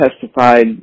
testified